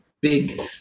big